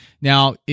Now